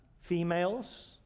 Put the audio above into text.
females